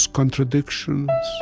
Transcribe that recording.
contradictions